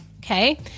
Okay